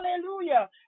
Hallelujah